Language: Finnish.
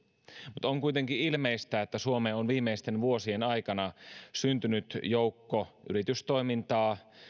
mutta on kuitenkin ilmeistä että suomeen on viimeisten vuosien aikana syntynyt joukko yritystoimintaa